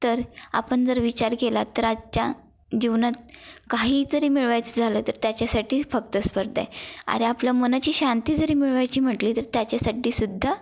तर आपण जर विचार केला तर आजच्या जीवनात काही जरी मिळवायचं झालं तर त्याच्यासाठी फक्त स्पर्धा आहे अरे आपल्या मनाची शांती जरी मिळवायची म्हटली तर त्याच्यासाठी सुद्धा